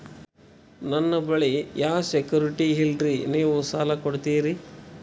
ನನ್ನ ಬಳಿ ಯಾ ಸೆಕ್ಯುರಿಟಿ ಇಲ್ರಿ ನೀವು ಸಾಲ ಕೊಡ್ತೀರಿ?